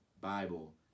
Bible